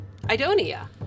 idonia